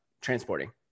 transporting